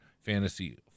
fantasy